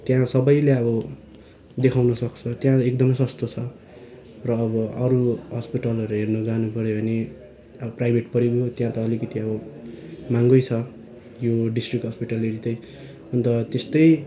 त्यहाँ सबैले अब देखाउनुसक्छ त्यहाँ एकदमै सस्तो छ र अब अरू हस्पिटलहरू हेर्नु जानु पर्यो भने अब प्राइभेट परिगयो त्यहाँ त अलिकतिअब महँगै छ यो डिस्ट्रिक हस्पिटल हेरी चाहिँ अन्त त्यस्तै